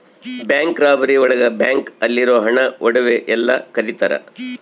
bank robbery ಒಳಗ bank ಅಲ್ಲಿರೋ ಹಣ ಒಡವೆ ಎಲ್ಲ ಕದಿತರ